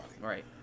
Right